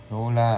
no lah